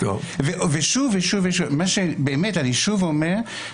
מה שאני שוב אומר,